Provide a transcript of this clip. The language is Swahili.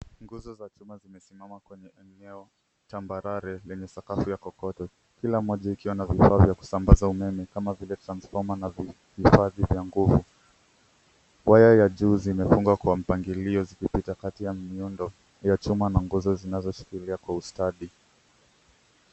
Nguzo za chuma zimesimama kwenye eneo tambarare lenye sakafu ya kokoto kila moja ikiwa na vifaa vya kusambaza umeme, kama vile transformer na vifaa vya nguvu. Waya ya juu zimepangwa kwa mpangilio zikipita karibu na miundo ya chuma na nguzo zinazoshikilia kwa ustadi.